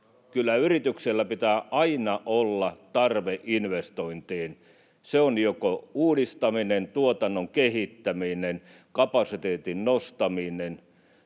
yrityksellä pitää aina olla tarve investointiin. Se on joko uudistaminen, tuotannon kehittäminen, kapasiteetin nostaminen